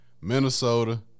Minnesota